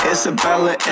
Isabella